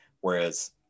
whereas